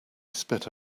spit